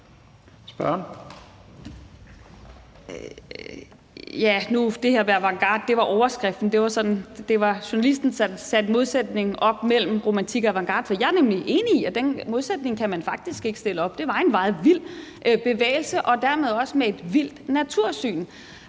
Ja, nu var det her med avantgarde overskriften, og det var journalisten, som satte modsætningen op mellem romantik og avantgarde. For jeg er nemlig enig i, at den modsætning kan man faktisk ikke stille op, og det var en meget vild bevægelse med et vildt natursyn,